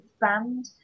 band